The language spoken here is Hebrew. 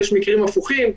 ויש מקרים הפוכים.